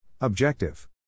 Objective